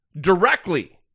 directly